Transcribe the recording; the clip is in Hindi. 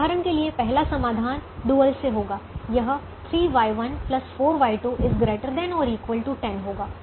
उदाहरण के लिए पहला समाधान डुअल से होगा यह 3Y1 4Y2 ≥ 10 होगा